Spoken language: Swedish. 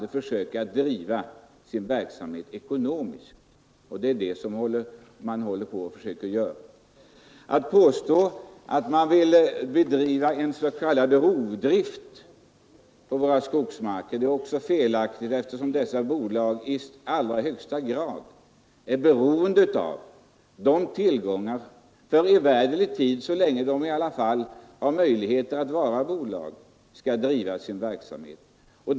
De har försökt att driva sin verksamhet ekonomiskt. Att påstå att skogsbolagen utsätter skogsmarkerna för rovdrift är också felaktigt, eftersom dessa bolag så länge de har möjlighet att vara bolag i högsta grad är beroende av skogstillgången.